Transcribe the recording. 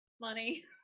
Money